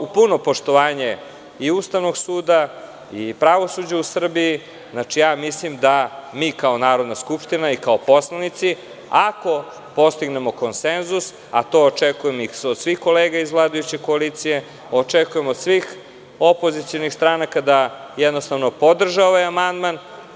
Uz puno poštovanje i Ustavnog suda i pravosuđa u Srbiji, mislim da kao Narodna skupština i kao poslanici, kao postignemo konsenzus, a to očekujem od svih kolega iz vladajuće koalicije, očekujem od svih opozicionih stranaka, da podrže ovaj amandman.